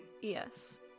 Yes